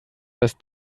das